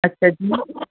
ਅੱਛਾ ਜੀ